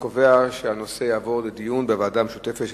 ההצעה להעביר את הנושא לוועדה משותפת של